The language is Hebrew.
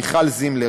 מיכל זימלר,